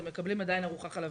הם מקבלים עדיין ארוחה חלבית.